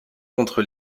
contre